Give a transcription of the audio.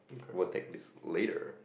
we'll take this later